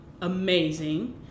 amazing